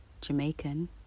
Jamaican